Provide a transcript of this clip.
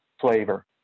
flavor